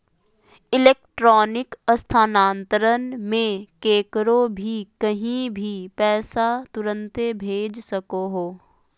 electronic स्थानान्तरण मे केकरो भी कही भी पैसा तुरते भेज सको हो